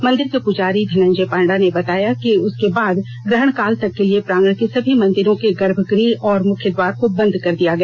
मंदिर के पूजारी धनंजय पांडा ने बताया कि उसके बाद ग्रहणकाल तक के लिए प्रांगण के सभी मंदिरों के गर्भगृह और मुख्य द्वार को बंद कर दिया गया